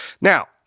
Now